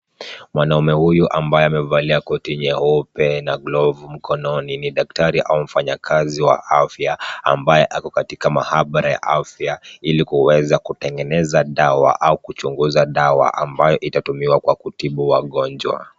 Mwanaume huyu ambaye amevalia koti nyeupe na glavu mkononi ni daktari au mfanyakazi wa afya, ambaye ako katika maabara ya afya ili kuweza kutengeneza dawa au kuchunguza dawa ambayo itatumiwa kwa kutibu wagonjwa.